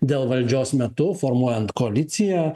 dėl valdžios metu formuojant koaliciją